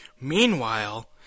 Meanwhile